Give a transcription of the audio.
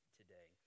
today